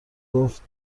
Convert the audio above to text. گفت